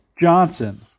johnson